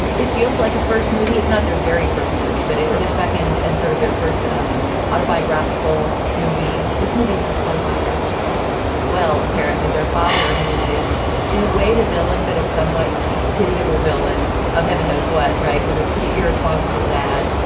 and it feels like a first movie. it's not their very first movie, but it was their second and sort of their first um autobiographical movie. this movie has autobiographical elements as well. apparently their father, who is in a way the villain, but a somewhat pitiable villain of heaven, knows what. right. was it pretty irresponsible, dad?